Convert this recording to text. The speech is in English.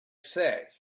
say